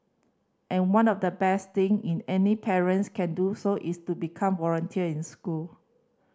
and one of the best thing in any parents can do so is to become volunteer in school